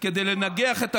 כדי לנגח את הממשלה,